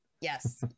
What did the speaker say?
Yes